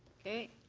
okay.